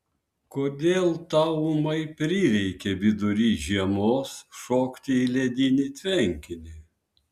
kodėl tau ūmai prireikė vidury žiemos šokti į ledinį tvenkinį